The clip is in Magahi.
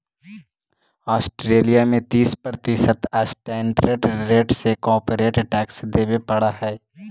ऑस्ट्रेलिया में तीस प्रतिशत स्टैंडर्ड रेट से कॉरपोरेट टैक्स देवे पड़ऽ हई